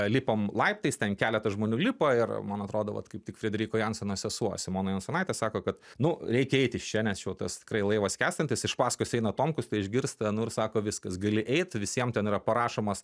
lipom laiptais ten keletą žmonių lipa ir man atrodo vat kaip tik frederiko jansono sesuo simona jansonaitė sako kad nu reikia eit iš čia nes čia jau tas tikrai laivas skęstantis iš paskos eina tomkus tai išgirsta nu ir sako viskas gali eit visiem ten yra parašomas